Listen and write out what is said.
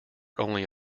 only